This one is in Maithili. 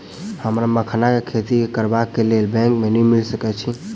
हमरा मखान केँ खेती करबाक केँ लेल की बैंक मै ऋण मिल सकैत अई?